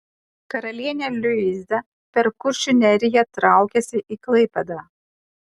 karalienė liuiza per kuršių neriją traukėsi į klaipėdą